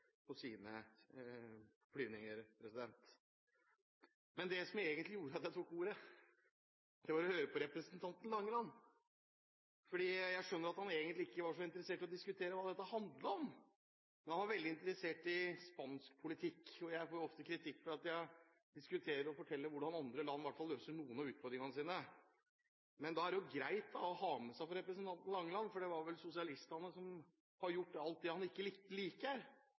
på sine flyvninger. Det som egentlig gjorde at jeg tok ordet, var at jeg hørte på representanten Langeland. Jeg skjønner at han egentlig ikke var så interessert i å diskutere hva dette handler om, men han var veldig interessert i spansk politikk. Jeg får ofte kritikk for at jeg diskuterer og forteller hvordan andre land løser i hvert fall noen av utfordringene sine, men da må det være greit for representanten Langeland å ha med seg at det var vel sosialistene som har gjort alt det han ikke liker.